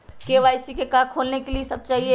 KYC का का खोलने के लिए कि सब चाहिए?